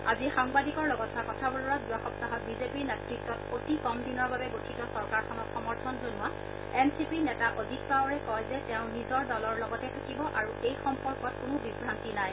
আজি সাংবাদিকৰ লগত হোৱা কথা বতৰাত যোৱা সপ্তাহত বিজেপিৰ নেতত্বত অতি কম দিনৰ বাবে গঠিত চৰকাৰখনক সমৰ্থন জনোৱা এনচিপিৰ নেতা অজিত পাৱাৰে কয় যে তেওঁ নিজৰ দলৰ লগতে থাকিব আৰু এই সম্পৰ্কত কোনো বিলান্তি নাই